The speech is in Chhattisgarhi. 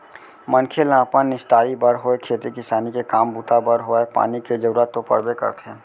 मनखे ल अपन निस्तारी बर होय खेती किसानी के काम बूता बर होवय पानी के जरुरत तो पड़बे करथे